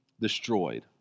destroyed